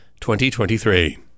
2023